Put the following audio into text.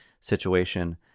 situation